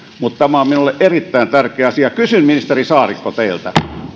mutta tämä on minulle erittäin tärkeä asia kysyn ministeri saarikko teiltä